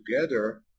together